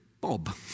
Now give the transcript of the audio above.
Bob